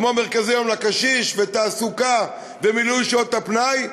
כמו מרכזי-יום לקשיש ותעסוקה ומילוי שעות הפנאי,